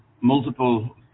multiple